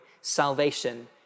salvation